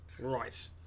Right